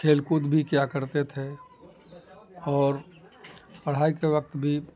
کھیل کود بھی کیا کرتے تھے اور پڑھائی کے وقت بھی